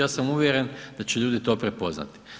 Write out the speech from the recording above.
Ja sam uvjeren da će ljudi to prepoznati.